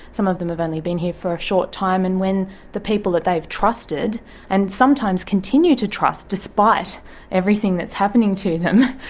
some of them have only been here for a short time, and when the people that they've trusted and sometimes continue to trust, despite everything that's happening to them,